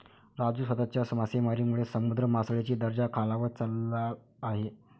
राजू, सततच्या मासेमारीमुळे समुद्र मासळीचा दर्जा खालावत चालला आहे